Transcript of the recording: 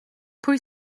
pwy